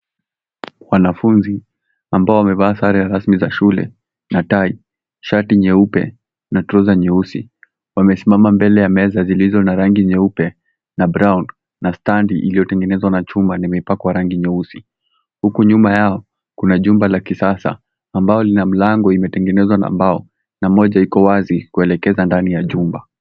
Wanafunzi ambao wamevaa sare rasmi za shule na tai, shati nyeupe na trouser nyeusi, wamesimama mbele ya meza zilizo na rangi nyeupe na brown na standi iliyotengenezwa na chuma na imepakwa rangi nyeusi .Huku nyuma yao kuna jumba la kisasa ambalo lina mlango umetengenezwa na mbao na moja iko wazi kuelekeza ndani ya jumba.